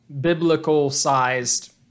biblical-sized